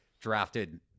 drafted